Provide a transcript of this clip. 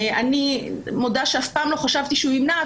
אני מודה שאף פעם לא חשבתי שהוא ימנע,